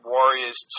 Warrior's